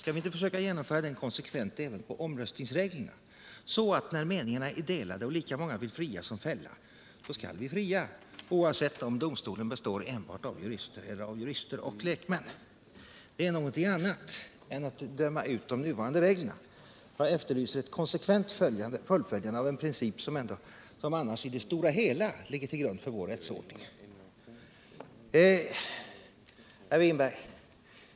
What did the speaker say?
Skall vi inte genomföra den principen när det gäller omröstningsreglerna, så att vi när meningarna är delade och de som vill fria är lika många som de som vill fälla skall fria, oavsett om domstolen består enbart av jurister eller av jurister och lekmän. Det är någonting annat än att döma ut de nuvarande reglerna. Jag efterlyser ett konsekvent fullföljande av en princip, som annars i det stora hela ligger till grund för vår rättsordning.